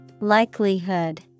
Likelihood